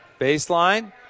Baseline